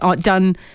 done